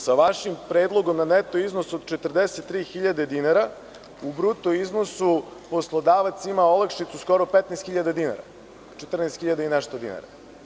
Sa vašim predlogom na netu iznos od 43.000 dinara u bruto iznosi poslodavac ima olakšicu skoro 15.000 dinara, 14 hiljada i nešto dinara.